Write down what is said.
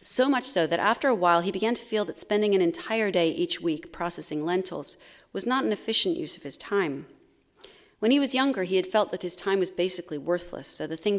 so much so that after a while he began to feel that spending an entire day each week processing lentils was not an efficient use of his time when he was younger he had felt that his time was basically worthless so the thing